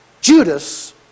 Judas